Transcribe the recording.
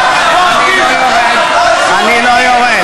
אני לא יורד.